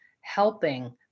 helping